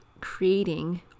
creating